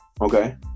Okay